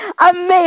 Amazing